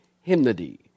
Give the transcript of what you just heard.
hymnody